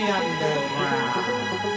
underground